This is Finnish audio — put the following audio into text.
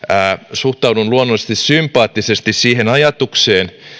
suhtaudun luonnollisesti sympaattisesti siihen ajatukseen